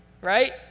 right